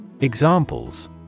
Examples